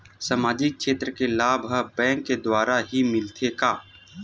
सामाजिक क्षेत्र के लाभ हा बैंक के द्वारा ही मिलथे का?